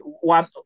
one